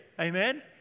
Amen